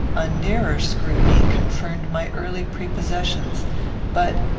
a nearer scrutiny confirmed my early prepossessions but,